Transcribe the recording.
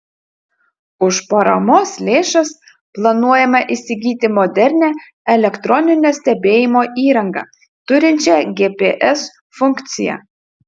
už paramos lėšas planuojama įsigyti modernią elektroninio stebėjimo įrangą turinčią gps funkciją